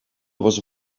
was